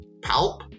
Palp